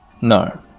no